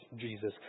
Jesus